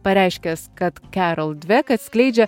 pareiškęs kad kerol dvek atskleidžia